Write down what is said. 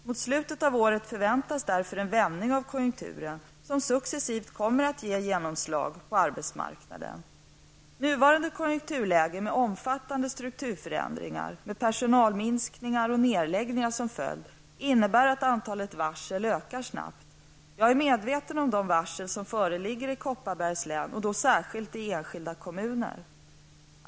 Mot slutet av året förväntas därför en vändning av konjunkturen som successivt kommer att ge genomslag på arbetsmarknaden. Nuvarande konjunkturläge med omfattande strukturförändringar med personalminskningar och nedläggningar som följd innebär att antalet varsel ökar snabbt. Jag är medveten om de varsel som föreligger i Kopparbergs län och då särskilt i enskilda kommuner.